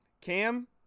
Cam